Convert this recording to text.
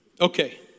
Okay